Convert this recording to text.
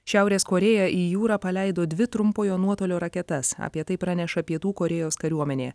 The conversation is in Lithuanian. šiaurės korėja į jūrą paleido dvi trumpojo nuotolio raketas apie tai praneša pietų korėjos kariuomenė